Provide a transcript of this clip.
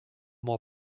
more